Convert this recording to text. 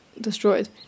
destroyed